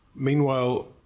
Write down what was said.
Meanwhile